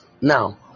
Now